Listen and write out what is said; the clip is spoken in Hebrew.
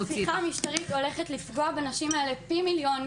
עמית: המהפכה המשטרית הולכת לפגוע בנשים האלה פי מיליון,